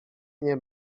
nie